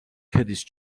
ქედის